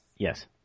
Yes